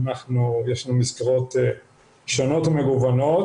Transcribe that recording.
יש לנו מסגרות שונות ומגוונות,